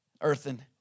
Earthen